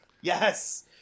yes